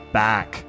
back